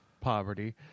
poverty